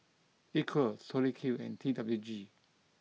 Equal Tori Q and T W G